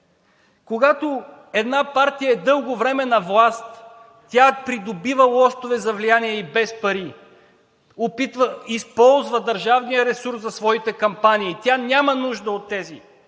Когато една партия е дълго време на власт, тя придобива лостове за влияние и без пари, използва държавния ресурс за своите кампании, тя няма нужда от тези